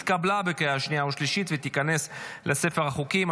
התקבלה בקריאה שנייה ושלישית ותיכנס לספר החוקים.